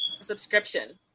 subscription